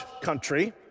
country